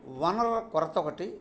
వనరుల కొరత ఒకటి